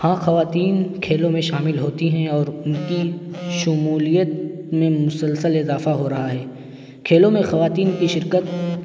ہاں خواتین کھیلوں میں شامل ہوتی ہیں اور ان کی شمولیت میں مسلسل اضافہ ہو رہا ہے کھیلوں میں خواتین کی شرکت